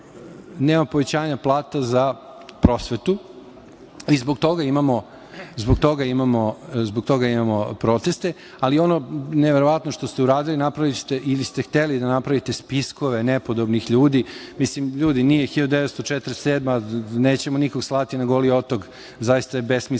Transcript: povećanja plate za prosvetu i zbog toga imamo proteste, ali ono neverovatno što ste uradili, napravili ste ili ste hteli da napravite spisakove nepodobnih ljudi. Mislim, ljudi, nije 1947. Nećemo nikoga slati na Goli otok zaista je besmisleno